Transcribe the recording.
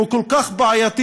הוא כל כך בעייתי,